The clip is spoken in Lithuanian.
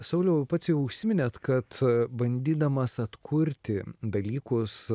sauliau pats jau užsiminėt kad bandydamas atkurti dalykus